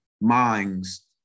minds